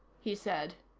he said.